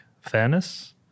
fairness